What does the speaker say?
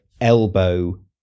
elbow